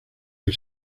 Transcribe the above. del